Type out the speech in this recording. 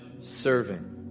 serving